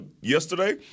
yesterday